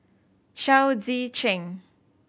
Chao Tzee Cheng